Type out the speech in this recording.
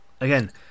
Again